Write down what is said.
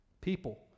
People